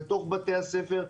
בתוך בתי הספר,